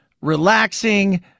relaxing